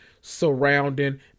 surrounding